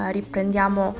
Riprendiamo